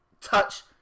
touch